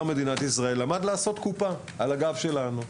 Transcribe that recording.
מדינת ישראל למד לעשות קופה על הגב שלנו.